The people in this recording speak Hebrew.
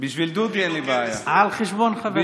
על חשבון חברך אופיר.